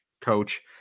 coach